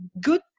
good